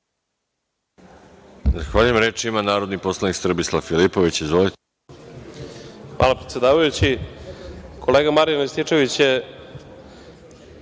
Hvala predsedavajući. Kolega, Marijan Rističević je